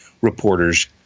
reporters